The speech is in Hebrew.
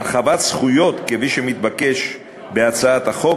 הרחבת זכויות כפי שמתבקש בהצעת החוק